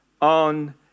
on